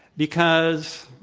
because,